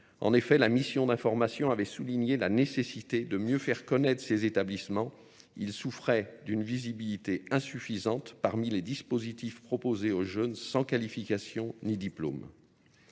En effet, la mission d'information avait souligné la nécessité de mieux faire connaître ces établissements. Ils souffraient d'une visibilité insuffisante parmi les dispositifs proposés aux jeunes sans qualification ni diplôme.